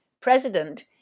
president